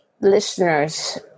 listeners